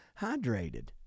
hydrated